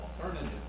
alternative